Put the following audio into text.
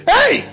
Hey